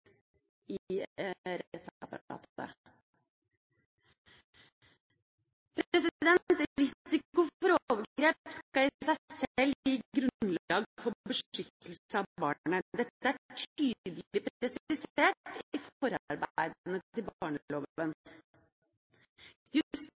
i rettsapparatet. Risiko for overgrep skal i seg sjøl gi grunnlag for beskyttelse av barnet. Dette er tydelig presisert i